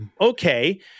okay